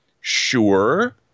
sure